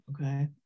okay